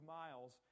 miles